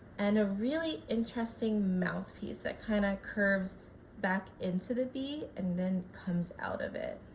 and a really interesting mouthpiece that kind of curves back into the b and then comes out of it,